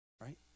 Right